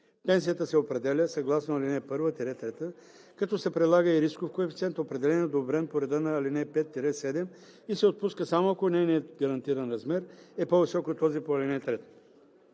Пенсията се определя съгласно ал. 1 – 3, като се прилага и рисков коефициент, определен и одобрен по реда на ал. 5 – 7, и се отпуска, само ако нейният гарантиран размер е по-висок от този по ал. 3.